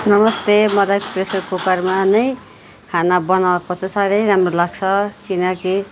नमस्ते मलाई प्रेसर कुकरमा नै खाना बनाएको चाहिँ साह्रै राम्रो लाग्छ किनकि